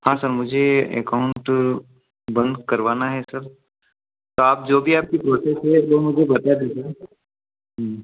हाँ सर मुझे अकाउन्ट बन्द करवाना है सर आप जो भी आपकी प्रोसेस है वह बता दीजिए